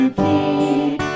keep